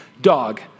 Dog